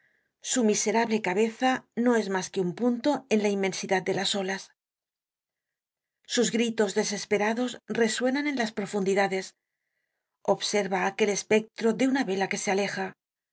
su miserable cabeza no es mas que un punto en la inmensidad de las olas sus gritos desesperados resuenan en las profundidades observa aquel espectro de una vela que se aleja la